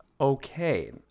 Okay